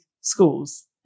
schools